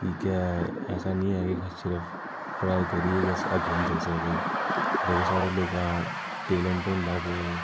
कि केह् ऐसा नेईं ऐ कि सिर्फ पढ़ाई करियै गै अस अग्गें नेईं जाई सकदे बड़े सारे लोगें च टेलेंट होंदा ते ओह्